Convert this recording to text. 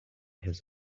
his